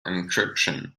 encryption